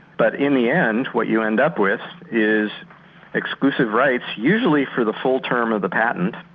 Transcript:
but in the end, what you end up with is exclusive rights usually for the full term of the patent.